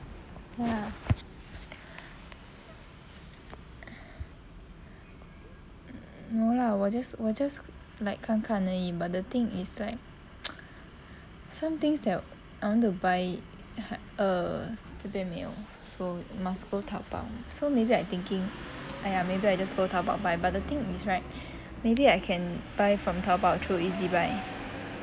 ya um no lah 我 just 我 just like 看看而已 but the thing is right some things I want to buy 这边没有 so must go Taobao so may be I thinking !aiya! maybe I just go Taobao buy but the thing is right maybe I can buy from Taobao through Ezbuy